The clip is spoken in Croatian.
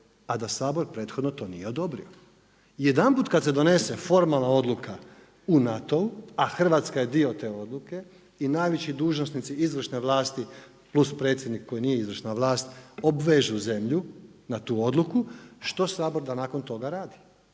a da Sabor prethodno to nije odobrio. Jedanput kada se donese formalna odluka u NATO-u a Hrvatska je dio te odluke i najveći dužnosnici izvršne vlasti plus predsjednik koji nije izvršna vlast obvezu zemlju na tu odluku što Sabor da nakon toga radi?